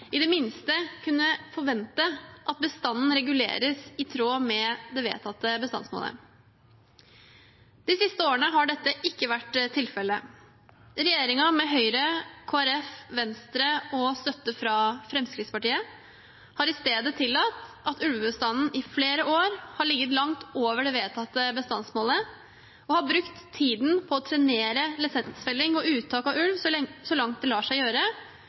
i det minste kunne forvente at bestanden reguleres i tråd med det vedtatte bestandsmålet. De siste årene har dette ikke vært tilfellet. Regjeringen, med Høyre, Kristelig Folkeparti, Venstre, og med støtte fra Fremskrittspartiet har i stedet tillatt at ulvebestanden i flere år har ligget langt over det vedtatte bestandsmålet, og har brukt tiden på å trenere lisensfelling og uttak av ulv så langt det lar seg gjøre